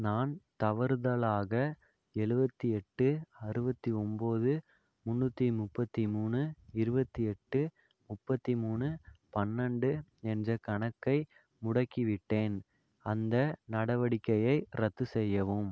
நான் தவறுதலாக எழுபத்தி எட்டு அறுபத்தி ஒம்போது முன்னூற்றி முப்பத்தி மூணு இருபத்தி எட்டு முப்பத்தி மூணு பன்னெண்டு என்ற கணக்கை முடக்கிவிட்டேன் அந்த நடவடிக்கையை ரத்து செய்யவும்